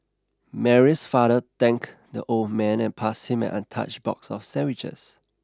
Mary's father thanked the old man and passed him an untouched box of sandwiches